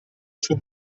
suo